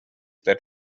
that